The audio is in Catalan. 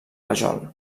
rajol